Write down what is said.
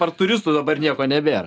ar turistų dabar nieko nebėra